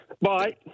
Bye